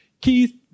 Keith